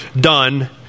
done